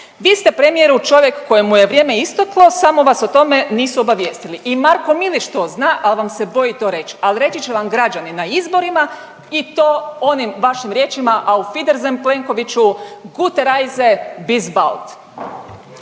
Vi ste premijeru čovjek kojemu je vrijeme isteklo samo vas o tome nisu obavijestili i Marko Milić to zna, ali vam se boji to reći, al reći će vam građani na izborima i to onim vašim riječima auf Wiedersehen Plenkoviću, gute reise, bis bald.